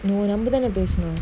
no number தான்பேசணும்:than pesanum